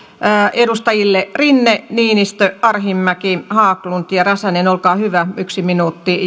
edustajat rinne niinistö arhinmäki haglund ja räsänen olkaa hyvä yksi minuutti